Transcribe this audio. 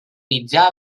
mitjà